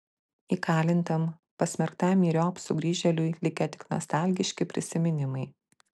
įkalintam pasmerktam myriop sugrįžėliui likę tik nostalgiški prisiminimai